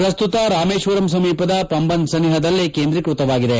ಪ್ರಸ್ತುತ ರಾಮೇಶ್ವರಂ ಸಮೀಪದ ಪಂಬನ್ ಸಹಿಹದಲ್ಲೇ ಕೇಂದ್ರೀಕೃತವಾಗಿದೆ